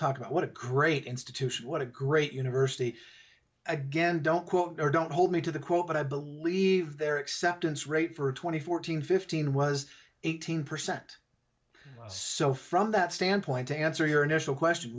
talk about what a great institution what a great university again don't quote or don't hold me to the quote i believe there except in straight for twenty fourteen fifteen was eighteen percent so from that standpoint to answer your initial question